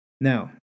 Now